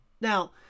Now